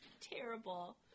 Terrible